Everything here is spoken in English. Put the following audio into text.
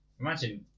Imagine